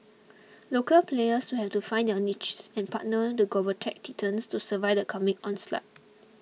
local players will have to find their niche and partner the global tech titans to survive the coming onslaught